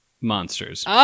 monsters